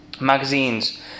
Magazines